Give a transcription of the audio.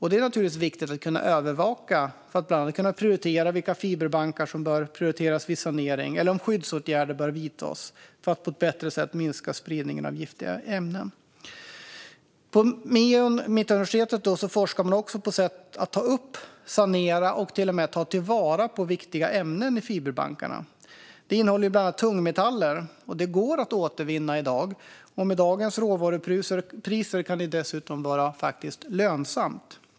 Det är naturligtvis viktigt att övervaka detta för att bland annat kunna avgöra vilka fiberbankar som bör prioriteras vid sanering eller om skyddsåtgärder bör vidtas för att på ett bättre sätt minska spridningen av giftiga ämnen. På Mittuniversitetet forskar man också på sätt att ta upp, sanera och ta till vara viktiga ämnen i fiberbankarna. De innehåller bland annat tungmetaller, och de går i dag att återvinna. Med dagens råvarupriser kan det dessutom vara lönsamt.